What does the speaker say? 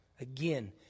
Again